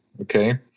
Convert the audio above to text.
okay